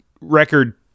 Record